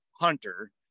hunter